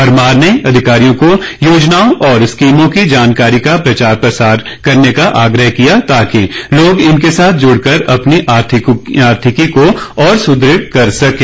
परमार ने अधिकारियों को योजनाओं और स्कीमों की जानकारी का प्रचार प्रसार करें ताकि लोग इनके साथ जुड़कर अपनी आर्थिकी को और सुदृढ़ कर सकें